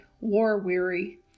war-weary